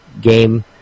game